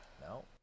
No